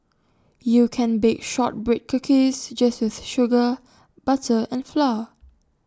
you can bake Shortbread Cookies just with sugar butter and flour